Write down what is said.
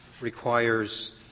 requires